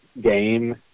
game